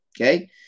Okay